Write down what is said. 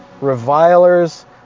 revilers